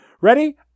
ready